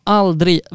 aldrig